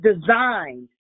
designed